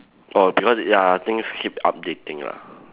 orh because ya things keep updating lah